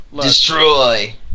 Destroy